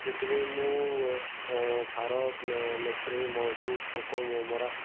ସେଥିପାଇଁ ମୁଁ ସାର ସ୍ପ୍ରେ ଯେଉଁ ପୋକ ମରା